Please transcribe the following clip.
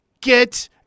get